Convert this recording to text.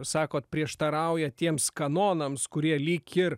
sakot prieštarauja tiems kanonams kurie lyg ir